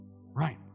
right